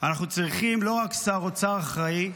אנחנו צריכים לא רק שר אוצר אחראי,